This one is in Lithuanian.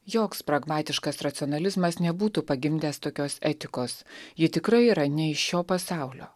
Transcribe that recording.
joks pragmatiškas racionalizmas nebūtų pagimdęs tokios etikos ji tikrai yra ne iš šio pasaulio